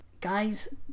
Guys